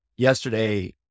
Yesterday